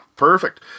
perfect